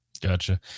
Gotcha